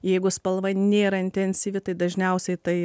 jeigu spalva nėra intensyvi tai dažniausiai tai